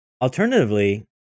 Alternatively